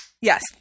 Yes